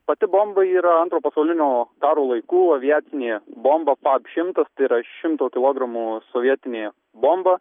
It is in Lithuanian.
pati bomba yra antro pasaulinio karo laikų aviacinė bomba bap šimtas tai yra šimto kologramų sovietinė bomba